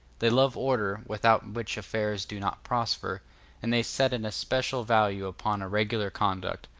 they love order, without which affairs do not prosper and they set an especial value upon a regular conduct,